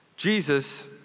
Jesus